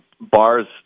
bars